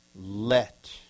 let